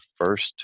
first